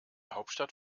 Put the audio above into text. hauptstadt